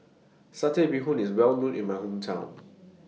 Satay Bee Hoon IS Well known in My Hometown